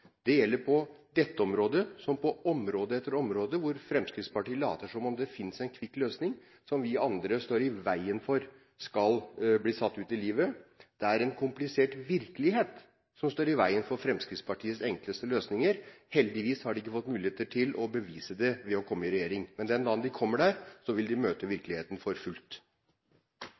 Det gjelder på dette området som på flere områder, hvor Fremskrittspartiet later som om det finnes en kvikk løsning, der vi andre står i veien for at den skal bli satt ut i livet. Det er en komplisert virkelighet som står i veien for Fremskrittspartiets enkle løsninger. Heldigvis har de ikke fått mulighet til å bevise det ved å komme i regjering. Men den dagen de kommer dit, vil de møte virkeligheten for fullt.